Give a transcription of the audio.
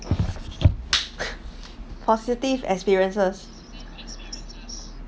positive experiences